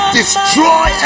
destroy